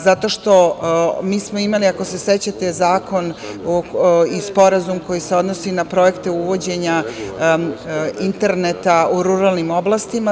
Zato što smo mi imali, ako se sećate, zakon i sporazum koji se odnosi na projekte uvođenja interneta u ruralnim oblastima.